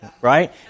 right